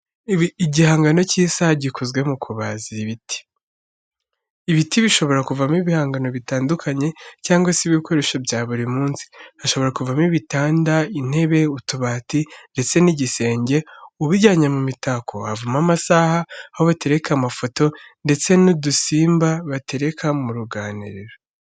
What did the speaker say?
Igihangano cy'isaha gikozwe mu kubaza ibiti. Ibiti bishobora kuvamo ibihangano bitandukanye cyangwa se ibikoresho bya buri munsi, hashobora kuvamo ibitanda, intebe, utubati ndetse n'igisenge, ubijyanye mu mitako havamo amasaha, aho batereka amafoto ndetse n'udusimba batereka mu ruganiriro.